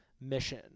mission